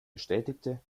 bestätigte